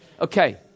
Okay